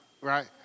Right